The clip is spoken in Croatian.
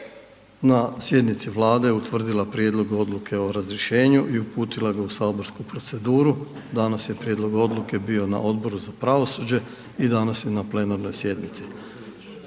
na sjednici Vlade utvrdila prijedlog odluke o razrješenju i uputila ga u saborsku proceduru, danas je prijedlog odluke bio na Odboru za pravosuđe i danas je na plenarnoj sjednici.